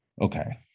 Okay